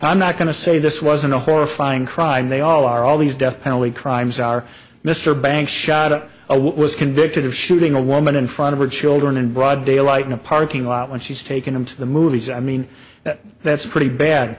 i'm not going to say this wasn't a horrifying crime they all are all these death penalty crimes are mr bank shot at a what was convicted of shooting a woman in front of her children in broad daylight in a parking lot and she's taken him to the movies i mean that's pretty bad